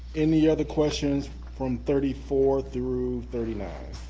any other questions from thirty four through thirty nine?